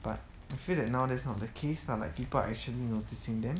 but I feel that now that's not the case lah like people are actually noticing them